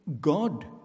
God